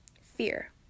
fear